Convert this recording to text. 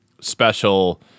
special